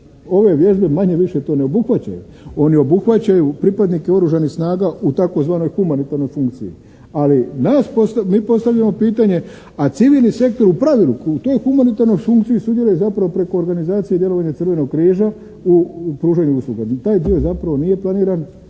Ove vježbe manje-više to ne obuhvaćaju. One obuhvaćaju pripadnike Oružanih snaga u tzv. humanitarnoj funkciji, ali mi postavljamo pitanje, a civilni sektor u pravilu u toj humanitarnoj funkciji sudjeluje zapravo preko organizacije i djelovanja Crvenog križa u pružanju usluga. Taj dio zapravo nije planiran